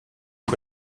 que